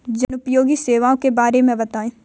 जनोपयोगी सेवाओं के बारे में बताएँ?